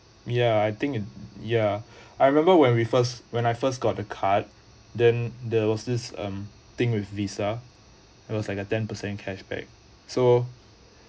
ya I think ya I remember when we first when I first got the card then there was this um thing with visa it was like a ten percent cashback so